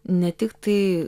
ne tik tai